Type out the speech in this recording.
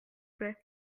plait